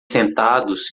sentados